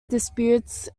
disputes